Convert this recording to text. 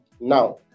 now